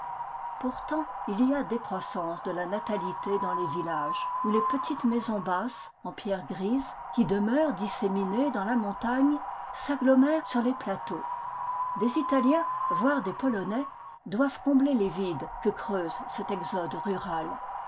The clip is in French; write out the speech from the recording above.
pourtant il y a décroissance de la natalité dans les villages où les petites maisons basses en pierres grises qui demeurent disséminées dans la montagne s'agglomèrent sur les plateaux des italiens voire des polonais doivent combler les vides que creuse cet exode rural